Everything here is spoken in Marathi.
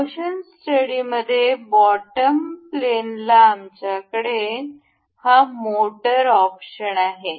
मोशन स्टडी मध्ये बॉटम प्लेनला आमच्याकडे हा मोटर ऑप्शन आहे